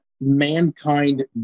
mankind